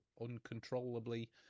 uncontrollably